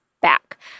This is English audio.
back